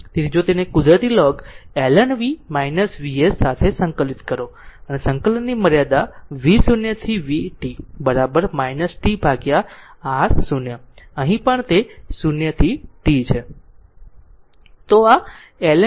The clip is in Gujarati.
તેથી જો તેને કુદરતી લોગ ln v Vs સાથે સંકલિત કરો સંકલનની મર્યાદા v0 to vt tRc પણ અહીં 0 થી t છે